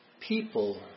people